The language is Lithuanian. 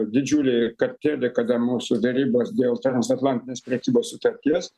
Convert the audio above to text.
didžiulį kartėlį kada mūsų derybos dėl transatlantinės prekybos sutarties